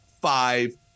five